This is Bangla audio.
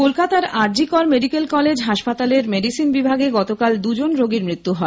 কলকাতার আরজিকর মেডিকেল কলেজ হাসপাতালের মেডিসিন বিভাগে গতকাল দুজন রোগীর মৃত্যু হয়